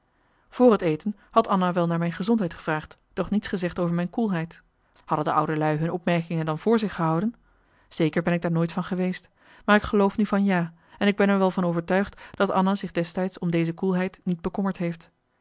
vr het eten had anna wel naar mijn gezondheid gevraagd doch niets gezegd over mijn koelheid hadden de oude lui hun opmerkingen dan voor zich gehouden zeker ben ik daar nooit van geweest maar ik geloof nu van ja en ik ben er wel van overtuigd dat anna zich destijds om deze koelheid niet bekommerd heeft